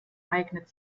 eignet